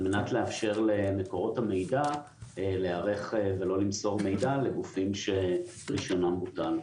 על מנת לאפשר למקורות המידע להיערך ולא למסור מידע לגופים שרישיונם תם.